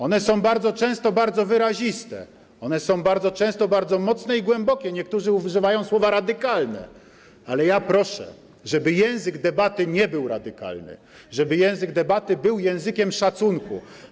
One są bardzo często bardzo wyraziste, one są bardzo często bardzo mocne i głębokie, niektórzy używają słowa: radykalne, ale ja proszę, żeby język debaty nie był radykalny, żeby język debaty był językiem szacunku.